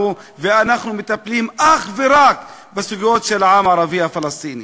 ואנחנו מטפלים אך ורק בסוגיות של העם הערבי הפלסטיני.